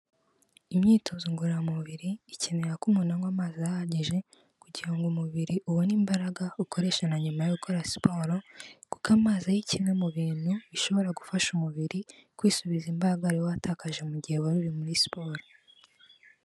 Imyitozo ngororamubiri ikenera ko umuntu anywa amazi ahagije kugira ngo umubiri ubone imbaraga ukoresha na nyuma yo gukora siporo kuko amazi ari kimwe mu bintu bishobora gufasha umubiri kwisubiza imbaraga wari watakaje mu gihe wari uri muri siporo.